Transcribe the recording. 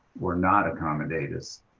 or not accommodate us,